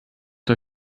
der